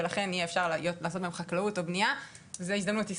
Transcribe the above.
ולכן יהיה אפשר לעשות בהם חקלאות או בנייה והזדמנות עסקית.